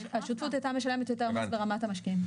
השותפות הייתה משלמת יותר מס ברמת המשקיעים.